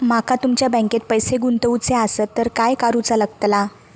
माका तुमच्या बँकेत पैसे गुंतवूचे आसत तर काय कारुचा लगतला?